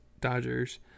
Dodgers